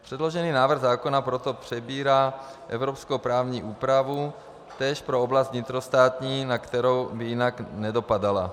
Předložený návrh zákona proto přebírá evropskou právní úpravu též pro oblast vnitrostátní, na kterou by jinak nedopadala.